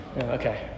Okay